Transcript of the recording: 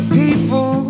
people